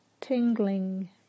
tingling